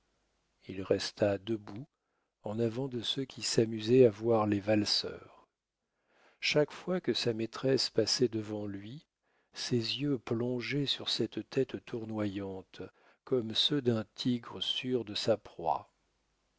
il resta debout en avant de ceux qui s'amusaient à voir les valseurs chaque fois que sa maîtresse passait devant lui ses yeux plongeaient sur cette tête tournoyante comme ceux d'un tigre sûr de sa proie